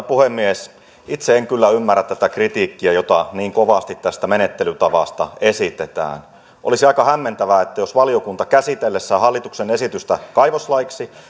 puhemies itse en kyllä ymmärrä tätä kritiikkiä jota niin kovasti tästä menettelytavasta esitetään olisi aika hämmentävää että jos valiokunta käsitellessään hallituksen esitystä kaivoslaiksi